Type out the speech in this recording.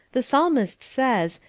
the psalmist says,